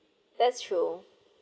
that's true